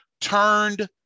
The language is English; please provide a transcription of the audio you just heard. turned